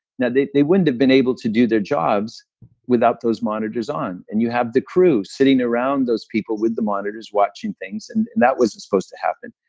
now, they they wouldn't have been able to do their jobs without those monitors on. and you have the crew sitting around those people with the monitors, watching things and that wasn't supposed to happen.